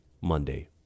Monday